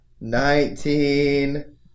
Nineteen